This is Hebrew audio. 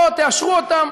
או תאשרו אותם